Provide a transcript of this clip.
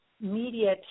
media